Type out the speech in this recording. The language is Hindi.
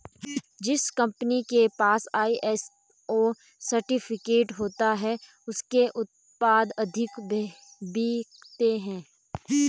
जिस कंपनी के पास आई.एस.ओ सर्टिफिकेट होता है उसके उत्पाद अधिक बिकते हैं